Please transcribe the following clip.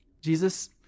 Jesus